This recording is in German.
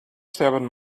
sterben